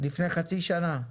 לפני חצי שנה.